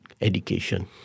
education